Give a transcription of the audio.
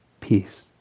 peace